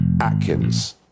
Atkins